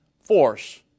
force